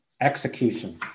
execution